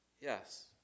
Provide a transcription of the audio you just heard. Yes